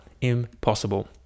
impossible